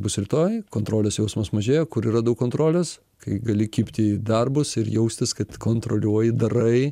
bus rytoj kontrolės jausmas mažėja kur yra daug kontrolės kai gali kibti į darbus ir jaustis kad kontroliuoji darai